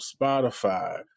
Spotify